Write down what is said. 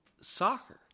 soccer